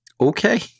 Okay